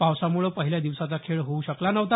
पावसामुळं पहिल्या दिवसाचा खेळ होऊ शकला नव्हता